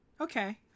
okay